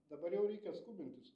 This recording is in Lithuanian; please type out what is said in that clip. dabar jau reikia skubintis